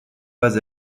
pas